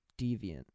deviant